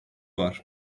var